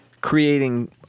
creating